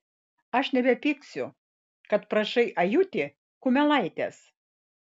aš nebepyksiu kad prašai ajutį kumelaitės